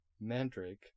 Mandrake